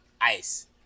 ice